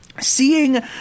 seeing